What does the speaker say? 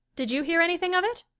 did you hear anything of it?